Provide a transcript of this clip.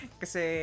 kasi